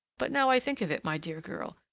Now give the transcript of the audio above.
but now i think of it, my dear girl,